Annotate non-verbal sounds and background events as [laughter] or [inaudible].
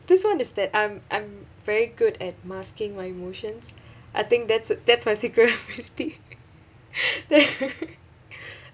this [one] is that I'm I'm very good at masking my emotions I think that's that's my secret [laughs] ability that